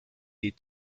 est